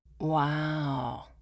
Wow